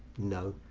no.